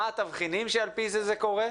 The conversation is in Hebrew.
מהם התבחינים שעל פי הם מגדירים?